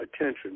attention